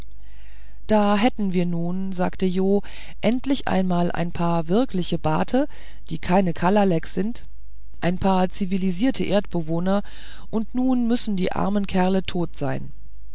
da hätten wir nun sagte jo endlich einmal ein paar wirkliche bate die keine kalalek sind ein paar zivilisierte erdbewohner und nun müssen die armen kerle tot sein